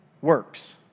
works